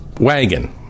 wagon